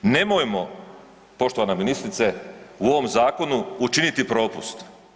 Nemojmo poštovana ministrice u ovom zakonu učiniti propust.